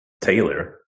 Taylor